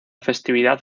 festividad